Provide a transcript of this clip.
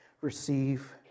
receive